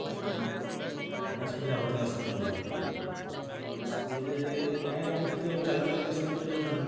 ଆମର ଗଣେଶ ପୂଜା ହେଉଥିଲା ସ୍କୁଲରେ ତ ସ୍କୁଲରେ ପ୍ରାୟ ଆମର ସେତେବେଳେ ଚାଲି ଚାଲିକା ସ୍କୁଲ ଯାଉଥିଲୁ